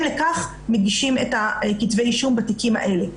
לכך מגישים את כתבי האישום בתיקים האלה.